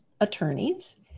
attorneys